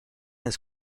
his